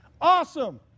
Awesome